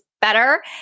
better